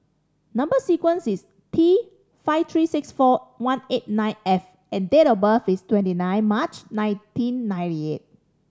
number sequence is T five three six four one eight nine F and date of birth is twenty nine March nineteen ninety eight